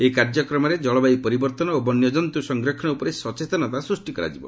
ଏହି କାର୍ଯ୍ୟକ୍ରମରେ ଜଳବାୟୁ ପରିବର୍ତ୍ତନ ଓ ବନ୍ୟଜନ୍ତୁ ସଂରକ୍ଷଣ ଉପରେ ସଚେତନତା ସୃଷ୍ଟି କରାଯିବ